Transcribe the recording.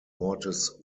wortes